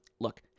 Look